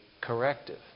corrective